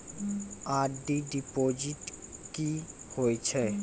RD deposit की होय छै?